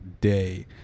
day